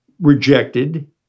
rejected